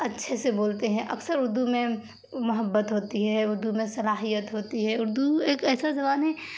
اچھے سے بولتے ہیں اکثر اردو میں محبت ہوتی ہے اردو میں صلاحیت ہوتی ہے اردو ایک ایسا زبان ہے